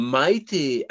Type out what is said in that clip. mighty